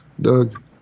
Doug